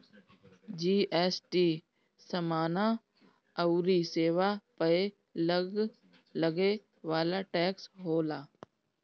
GST समाना अउरी सेवा पअ लगे वाला टेक्स होला